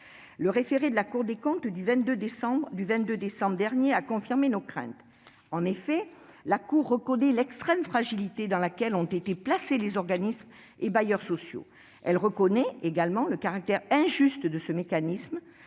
Le référé de la Cour des comptes de décembre dernier a confirmé nos craintes, la Cour reconnaissant l'extrême fragilité dans laquelle ont été placés les organismes et bailleurs sociaux. Elle reconnaît le caractère injuste de ce mécanisme,